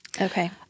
Okay